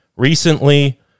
recently